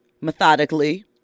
methodically